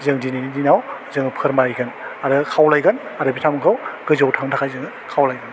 जों दिनैनि दिनाव जों फोरमायगोन आरो खावलायगोन आरो बिथांमोनखौ गोजौवाव थांनो थाखाय जोङो खावलायगोन